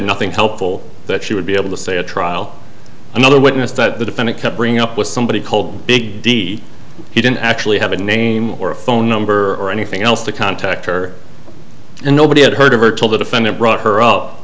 had nothing to help all that she would be able to say a trial another witness that the defendant covering up with somebody cold big d he didn't actually have a name or a phone number or anything else to contact her and nobody had heard of her till the defendant brought her up